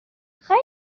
خیلی